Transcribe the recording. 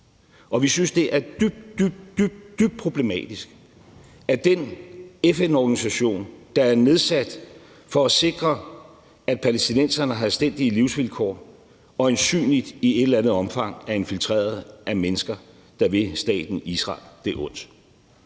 og vi synes, at det er dybt, dybt problematisk, at den FN-organisation, der er nedsat for at sikre, at palæstinenserne har anstændige livsvilkår, øjensynligt i et eller andet omfang er infiltreret af mennesker, der vil staten Israel det ondt.